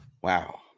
Wow